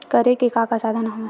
करे के का का साधन हवय?